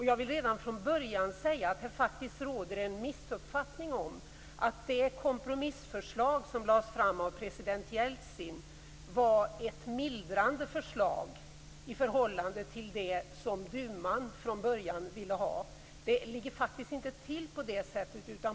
Jag vill redan från början säga att det råder en missuppfattning om att det kompromissförslag som lades fram av president Jeltsin skulle vara mildare i förhållande till det förslag som duman ville ha från början. Det ligger faktiskt inte till på det sättet.